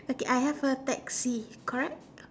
like I have a taxi okay